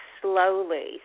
slowly